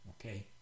Okay